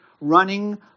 running